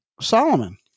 Solomon